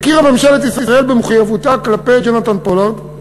הכירה ממשלת ישראל במחויבותה כלפי יונתן פולארד,